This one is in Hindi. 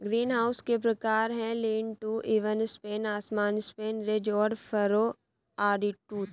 ग्रीनहाउस के प्रकार है, लीन टू, इवन स्पेन, असमान स्पेन, रिज और फरो, आरीटूथ